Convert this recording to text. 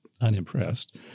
unimpressed